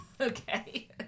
Okay